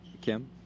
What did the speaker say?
Kim